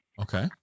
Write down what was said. Okay